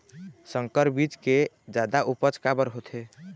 संकर बीज के जादा उपज काबर होथे?